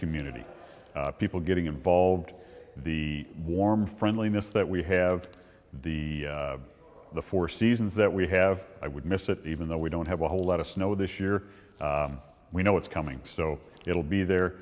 community people getting involved the warm friendliness that we have the the four seasons that we have i would miss it even though we don't have a whole lot of snow this year we know what's coming so it'll be there